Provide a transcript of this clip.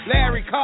Larry